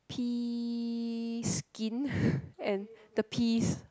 Pea skin and the peas